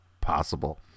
possible